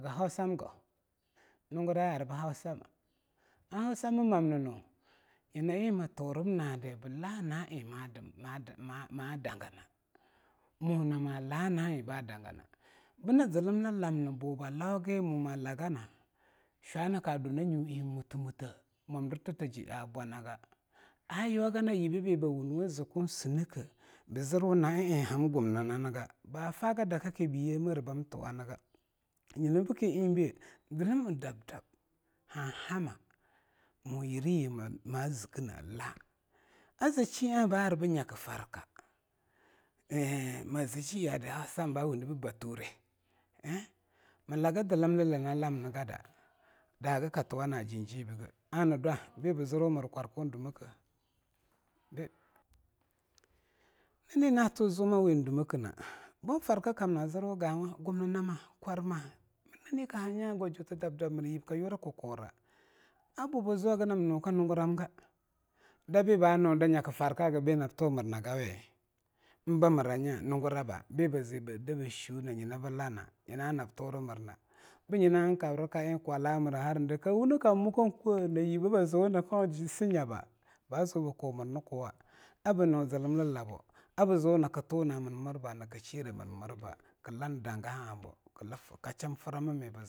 Haghausam go?, nunguraya a ar bhogama, ar hausammuno! nyina mimturb nadi bla na'aeing ma-ma-ma dangana, mo nama'a la na'a eing badagana. Bna zlm lamna bo blauga mo mlagana zhwa naka dna nyu'ei mutmutte mwa mdirttaje a bwanaga, ayuwaga na yibbebi bwunwe zkuwa sneke bzrwa na'a eing hamgumnnanga. Bafagdakki ba yemere bamturanga. Nyina bke eingbei zlm'a dab dab hanhama mo yirryi mazknela. Ata shien'a ba arb nyakfarka, eing mzshiyada da arb bature en, mlaga zlmlale nanlamngada mdahaga ktuwana'a njibge, ana dwa bibzrwu kwarkwaken dumeke e naninto zeumawin dumekene, bonfar kkamna a zrwu gawa gumna kwarma, nanyi kahanya gwajiut dab-dab yibbyurkukura'a adobziu hagnabyo ka nunguramga da be ba nyo da nyakfarka hagdanab tumirnagawi, nbamranya nungrab be ba z ba shiune nyina blana nyi na danabturmirna bnyina eing kabrka eing kwalamira aharde kawune ka mukan kwe'a nakau ji snyaba naba ziu bbkumirnkuwa abnyo zlmllabo bziu nak tuna'a mirba nak shiru mirmirba klandaga'abo ksham frammmi.